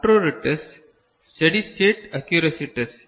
மற்றொரு test steady state ஆகியோரசி test